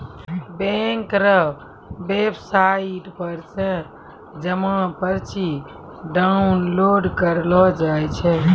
bank रो website पर से जमा पर्ची डाउनलोड करेलो जाय छै